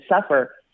suffer